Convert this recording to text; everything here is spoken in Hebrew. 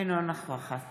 אינה נוכחת